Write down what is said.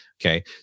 Okay